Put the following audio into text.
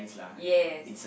yes